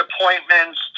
appointments